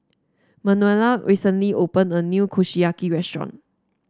Manuela recently opened a new Kushiyaki restaurant